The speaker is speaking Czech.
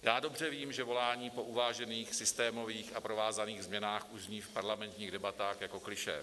Já dobře vím, že volání po uvážených systémových a provázaných změnách už zní v parlamentních debatách jako klišé.